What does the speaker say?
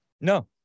No